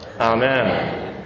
Amen